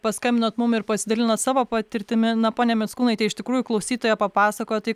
paskambinot mum ir pasidalinot savo patirtimi na ponia mickūnaite iš tikrųjų klausytoja papasakojo tai